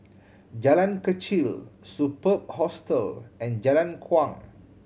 Jalan Kechil Superb Hostel and Jalan Kuang